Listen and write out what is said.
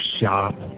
shop